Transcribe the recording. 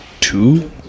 Two